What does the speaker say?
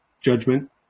judgment